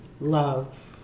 love